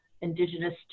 indigenous